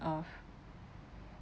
earth